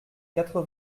quatre